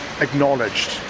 acknowledged